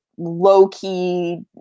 low-key